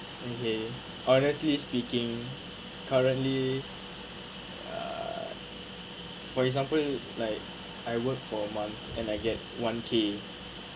okay honestly speaking currently uh for example like I work for a month and I get one k